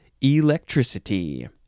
electricity